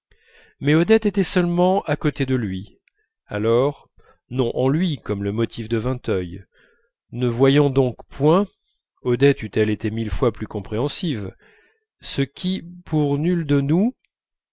mais odette était seulement à côté de lui alors non en lui comme le motif de vinteuil ne voyant donc point odette eût-elle été mille fois plus compréhensive ce qui pour nul de nous